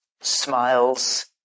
smiles